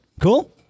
Cool